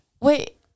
Wait